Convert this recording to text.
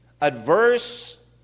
adverse